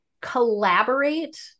collaborate